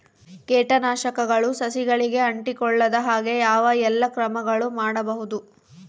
ಕೇಟನಾಶಕಗಳು ಸಸಿಗಳಿಗೆ ಅಂಟಿಕೊಳ್ಳದ ಹಾಗೆ ಯಾವ ಎಲ್ಲಾ ಕ್ರಮಗಳು ಮಾಡಬಹುದು?